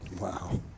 Wow